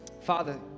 Father